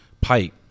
pipe